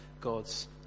God's